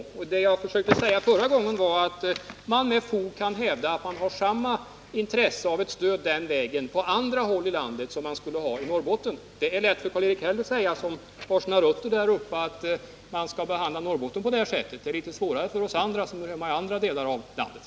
Som jag sade i mitt förra inlägg kan man med fog hävda att man även på andra håll i landet har samma intresse av ett stöd den vägen som man kan ha i Norrbotten. Det är lätt för Karl-Erik Häll som har sina rötter där uppe att tala för att man skall tillgodose Norrbotten på det här sättet, men det är litet svårare för oss andra som hör hemma i andra delar av landet.